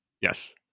Yes